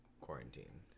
quarantine